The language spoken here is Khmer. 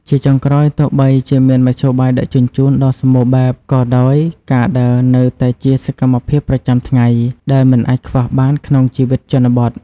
ជាចុងក្រោយ ទោះបីជាមានមធ្យោបាយដឹកជញ្ជូនដ៏សម្បូរបែបក៏ដោយ ការដើរ នៅតែជាសកម្មភាពប្រចាំថ្ងៃដែលមិនអាចខ្វះបានក្នុងជីវិតជនបទ។